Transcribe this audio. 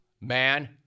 man